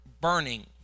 burning